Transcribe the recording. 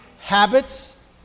Habits